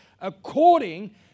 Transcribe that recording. According